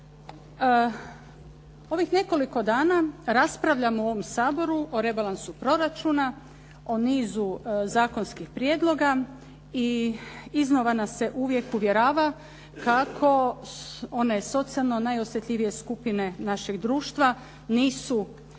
Ovih nekoliko dana raspravljamo u ovom Saboru o rebalansu proračuna, o nizu zakonskih prijedloga i iznova nas se uvijek uvjerava kako one socijalno najosjetljivije skupine našeg društva nisu